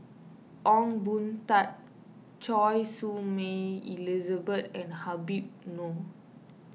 Ong Boon Tat Choy Su Moi Elizabeth and Habib Noh